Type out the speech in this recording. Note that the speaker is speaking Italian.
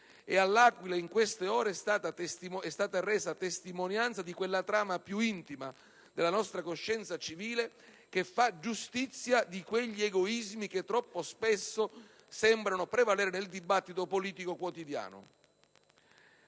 E all'Aquila in queste ore è stata resa testimonianza di quella trama più intima della nostra coscienza civile che fa giustizia di quegli egoismi che, troppo spesso, sembrano prevalere nel dibattito politico quotidiano.